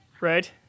Right